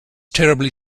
terribly